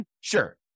Sure